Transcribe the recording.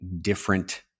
different